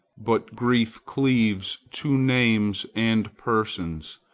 but grief cleaves to names, and persons,